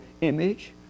image